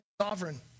sovereign